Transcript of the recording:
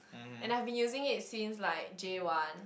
and I have been using it since like J one